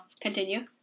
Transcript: continue